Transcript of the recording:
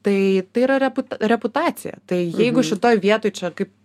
tai tai yra repu reputacija tai jeigu šitoj vietoj čia kaip